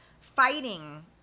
fighting